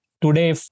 today